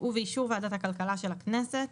ובאישור ועדת הכלכלה של הכנסת,